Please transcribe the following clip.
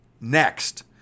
next